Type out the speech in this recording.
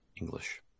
English